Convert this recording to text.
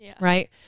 right